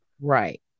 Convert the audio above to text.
Right